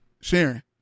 sharing